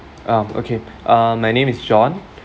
um okay uh my name is john